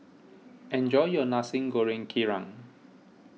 enjoy your Nasi Goreng Kerang